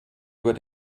über